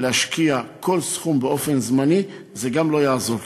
להשקיע כל סכום באופן זמני זה גם לא יעזור,